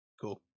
Cool